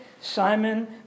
Simon